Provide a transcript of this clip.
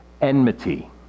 enmity